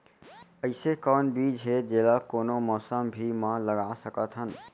अइसे कौन बीज हे, जेला कोनो मौसम भी मा लगा सकत हन?